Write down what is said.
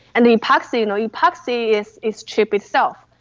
and the epoxy you know yeah epoxy is is cheap itself,